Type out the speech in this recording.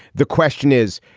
the question is,